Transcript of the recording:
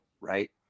right